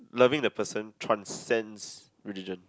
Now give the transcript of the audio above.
loving the person transcends religion